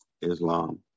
Islam